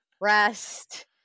rest